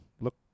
look